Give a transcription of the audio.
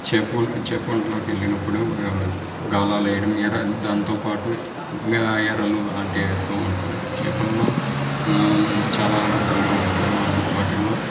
చేప గుంటలోకి వెళ్ళినప్పుడు గాలాలు వేయడం ఎర దాంతోపాటు ఇంకా ఎరలు అలాంటివి వేస్తూ ఉంటాం చేపలలో చాలా రకాలుగా ఉంటాయి వాన్ వాటిల్లో